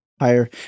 higher